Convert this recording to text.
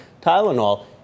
Tylenol